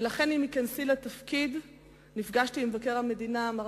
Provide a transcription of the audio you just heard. ולכן עם היכנסי לתפקיד נפגשתי עם מבקר המדינה מר